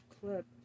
clip